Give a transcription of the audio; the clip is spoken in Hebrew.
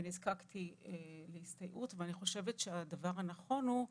ונזקקתי להסתייעות אני חושבת שהדבר הנכון הוא,